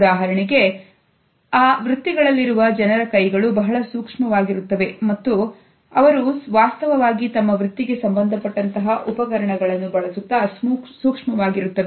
ಉದಾಹರಣೆಗೆ ಆವೃತ್ತಿಗಳಲ್ಲಿರುವ ಜನರ ಕೈಗಳು ಬಹಳ ಸೂಕ್ಷ್ಮವಾಗಿರುತ್ತದೆ ಮತ್ತು ಅವರು ವಾಸ್ತವವಾಗಿ ತಮ್ಮ ವೃತ್ತಿಗೆ ಸಂಬಂಧಪಟ್ಟಂತಹ ಉಪಕರಣಗಳನ್ನು ಬಳಸುತ್ತಾ ಸೂಕ್ಷ್ಮವಾಗಿರುತ್ತವೆ